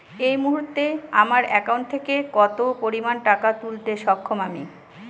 এই মুহূর্তে আমার একাউন্ট থেকে কত পরিমান টাকা তুলতে সক্ষম আমি?